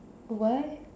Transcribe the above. what